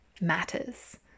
matters